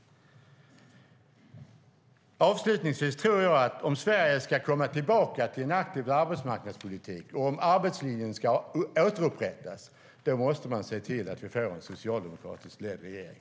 Avslutningsvis tror jag att om Sverige ska komma tillbaka till en aktiv arbetsmarknadspolitik och om arbetslinjen ska återupprättas, då måste man se till att vi får en socialdemokratiskt ledd regering.